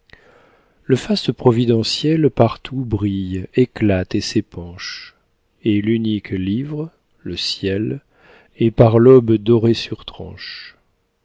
le faste providentiel partout brille éclate et s'épanche et l'unique livre le ciel est par l'aube doré sur tranche